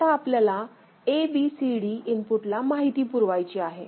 आता आपल्याला ABCD input ला माहिती पुरवायची आहे